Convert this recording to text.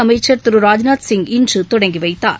அமைச்சர் திரு ராஜ்நாத் சிங் இன்று தொடங்கி வைத்தார்